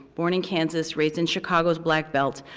born in kansas, raised in chicago's black belt,